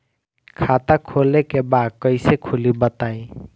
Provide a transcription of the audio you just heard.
खाता खोले के बा कईसे खुली बताई?